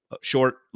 Short